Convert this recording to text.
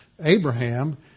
Abraham